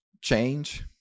Change